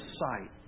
sight